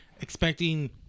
expecting